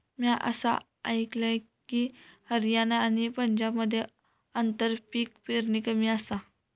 म्या असा आयकलंय की, हरियाणा आणि पंजाबमध्ये आंतरपीक पेरणी कमी आसा